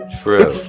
true